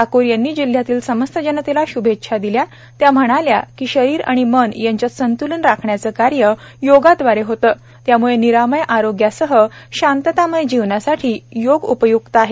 ठाकूर यांनी जिल्ह्यातील समस्त जनतेला शुभेच्छा दिल्या त्या म्हणाल्या की शरीर व मन यांच्यात संत्लन राखण्याचे कार्य योगाद्वारे होते त्यामुळे निरामय आरोग्य सह शांततामय जीवनासाठी ही योग उपय्क्त आहे